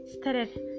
started